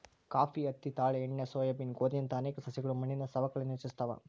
coffee ಹತ್ತಿ ತಾಳೆ ಎಣ್ಣೆ ಸೋಯಾಬೀನ್ ಗೋಧಿಯಂತಹ ಅನೇಕ ಸಸ್ಯಗಳು ಮಣ್ಣಿನ ಸವಕಳಿಯನ್ನು ಹೆಚ್ಚಿಸ್ತವ